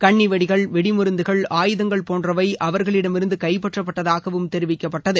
கண்ணிவெடிகள் வெடிமருந்துகள் ஆயுதங்கள் போன்றவை அவர்களிடமிருந்து கைப்பற்றப்பட்டதாகவும் தெரிவிக்கப்பட்டது